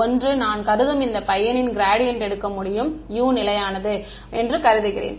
ஒன்று நான் கருதும் இந்த பையனின் க்ராடியன்ட் எடுக்க முடியும் U நிலையானது என்று கருதுகிறேன்